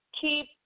keep